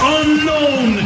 unknown